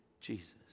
Jesus